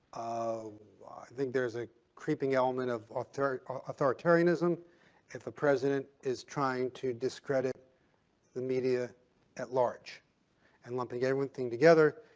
um think there is a creeping element of ah authoritarianism that the president is trying to discredit the media at-large and lumping yeah everything together.